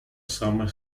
самая